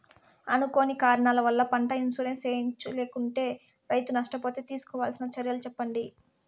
అనుకోని కారణాల వల్ల, పంట ఇన్సూరెన్సు చేయించలేకుంటే, రైతు నష్ట పోతే తీసుకోవాల్సిన చర్యలు సెప్పండి?